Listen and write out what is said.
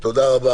תודה רבה.